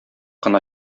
кына